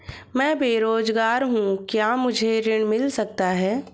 मैं बेरोजगार हूँ क्या मुझे ऋण मिल सकता है?